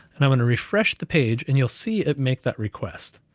and i'm gonna refresh the page, and you'll see it make that request.